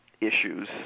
issues